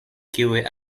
kiuj